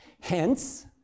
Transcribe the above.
Hence